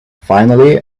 finally